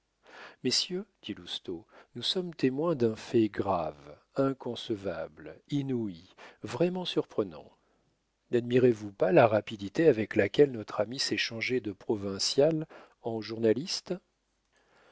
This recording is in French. messieurs dit lousteau nous sommes témoins d'un fait grave inconcevable inouï vraiment surprenant nadmirez vous pas la rapidité avec laquelle notre ami s'est changé de provincial en journaliste